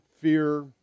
fear